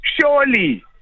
surely